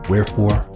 Wherefore